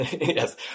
Yes